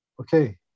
okay